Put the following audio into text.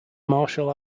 martial